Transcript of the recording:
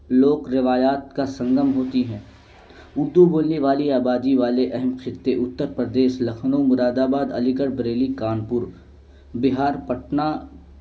لوک روایات کا سنگم ہوتی ہیں اردو بولنے والی آبادی والے اہم خطے اتر پردیش لکھنؤ مراد آباد علی گڑھ بریلی کانپور بہار پٹنہ